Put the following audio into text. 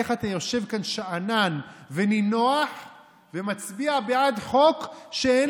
איך אתה יושב כאן שאנן ונינוח ומצביע בעד חוק שאין